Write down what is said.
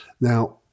now